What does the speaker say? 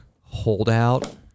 holdout